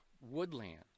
woodland